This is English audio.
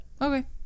Okay